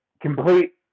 complete